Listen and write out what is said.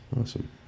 Awesome